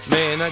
Man